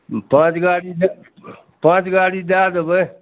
पाँच गाड़ी पाँच गाड़ी दए देबै